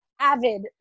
avid